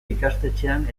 ikastetxean